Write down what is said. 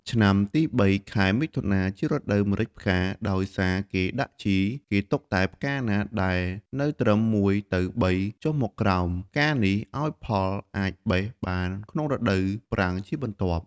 ឆ្នាំទី៣ ខែមិថុនា ជារដូវម្រេចផ្កា ដោយសារគេដាក់ជី គេទុកតែផ្កាណាដែល នៅត្រឹម ១ ទៅ ៣ ចុះមកក្រោម ផ្កានេះឱ្យផលអាចបេះបានក្នុងរដូវប្រាំងជាបន្ទាប់។